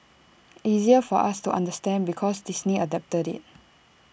easier for us to understand because Disney adapted IT